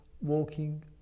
walking